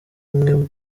mwe